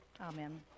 Amen